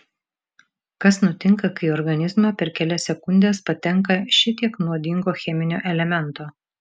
kas nutinka kai į organizmą per kelias sekundes patenka šitiek nuodingo cheminio elemento